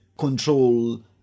control